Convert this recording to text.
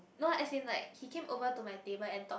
no as in like he came over to my table and talk